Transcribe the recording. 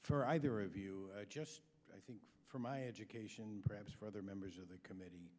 for either of you i think for my education perhaps for other members of the committee